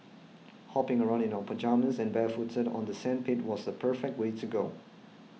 hopping around in our pyjamas and barefooted on the sandpit was the perfect way to go